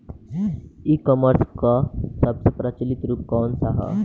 ई कॉमर्स क सबसे प्रचलित रूप कवन सा ह?